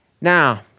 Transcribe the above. Now